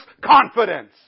confidence